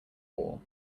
wall